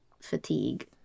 fatigue